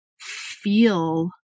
feel